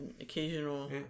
occasional